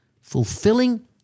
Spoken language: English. fulfilling